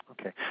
Okay